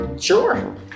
Sure